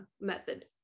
method